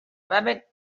rabbit